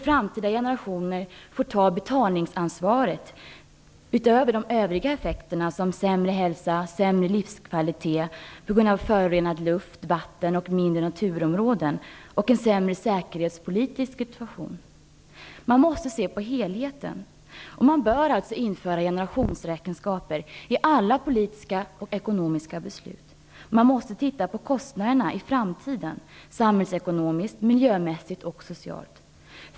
Framtida generationer får ta betalningsansvaret och drabbas därtill av övriga effekter som sämre hälsa, sämre livskvalitet på grund av föroreningar av luft och vatten samt minskade naturområden. Man måste se till helheten, och man borde införa generationsräkenskaper i alla politiska och ekonomiska beslut. Man måste se på de framtida kostnaderna samhällsekonomiskt, miljömässigt och socialt.